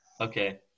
Okay